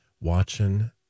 watching